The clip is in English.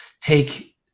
take